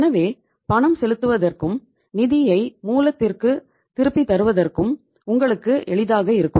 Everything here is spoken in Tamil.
எனவே பணம் செலுத்துவதற்கும் நிதியை மூலத்திற்குத் திருப்பித் தருவதற்கும் உங்களுக்கு எளிதாக இருக்கும்